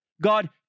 God